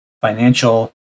financial